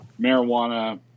Marijuana